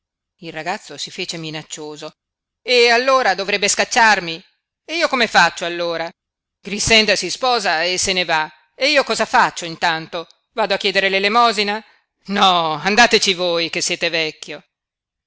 il ragazzo si fece minaccioso e allora dovrebbe scacciarmi e io come faccio allora grixenda si sposa e se ne va e io cosa faccio intanto vado a chiedere l'elemosina no andateci voi che siete vecchio